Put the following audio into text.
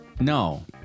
No